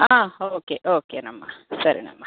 okay ఓకేనమ్మా సరేనమ్మా